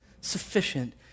Sufficient